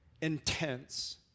intense